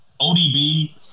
ODB